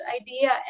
idea